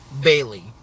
Bailey